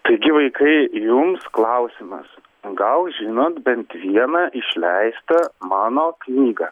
taigi vaikai jums klausimas gal žinot bent vieną išleistą mano knygą